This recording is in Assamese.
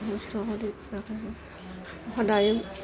সুস্থ কৰি ৰাখি সদায়